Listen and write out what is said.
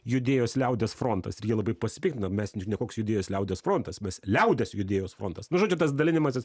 judėjos liaudies frontas ir jie labai pasipiktina mes ne koks judėjos liaudies frontas mes liaudies judėjos frontas nu žodžiu tas dalinimasis